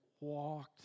walked